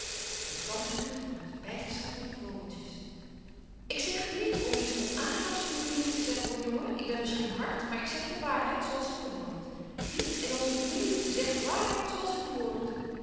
maar tante ging voort bijgestaan door de vogeltjes ik zeg het niet om iets onaangenaams van de familie te zeggen hoor jongen ik ben misschien hard maar ik zeg de waarheid zoo als het behoort wie in onze familie zegt de waarheid zoo als ze behoort